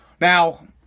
Now